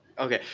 okay.